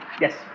Yes